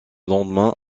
lendemain